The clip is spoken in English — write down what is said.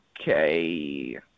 Okay